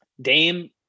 Dame